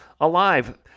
alive